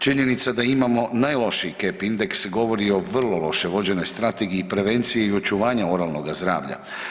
Činjenica da imamo najlošiji kep indeks govori o vrlo loše vođenoj strategiji i prevenciji i očuvanju oralnoga zdravlja.